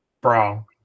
bro